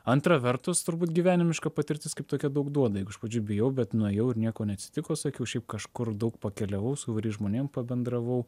antra vertus turbūt gyvenimiška patirtis kaip tokia daug duoda jeigu iš pradžių bijau bet nuėjau ir nieko neatsitiko sakiau šiaip kažkur daug pakeliavau su įvairiais žmonėm pabendravau